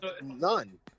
None